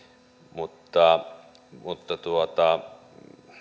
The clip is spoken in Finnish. mutta mutta